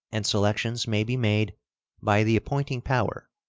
and selections may be made by the appointing power,